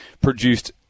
produced